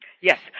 Yes